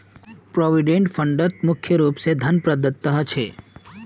provident फंडत मुख्य रूप स धन प्रदत्त ह छेक